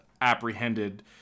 apprehended